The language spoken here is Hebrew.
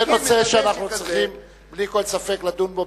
זה נושא שאנחנו צריכים בלי כל ספק לדון בו,